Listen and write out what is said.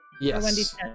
Yes